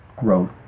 growth